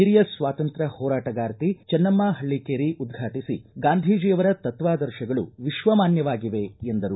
ಹಿರಿಯ ಸ್ವಾತಂತ್ರ್ಯ ಹೋರಾಟಗಾರ್ತಿ ಚನ್ನಮ್ಮ ಹಳ್ಳಕೇರಿ ಉದ್ಘಾಟಿಸ ಗಾಂಧೀಜಿಯವರ ತತ್ವಾದರ್ಶಗಳು ವಿಶ್ವಮಾನ್ಯವಾಗಿವೆ ಎಂದರು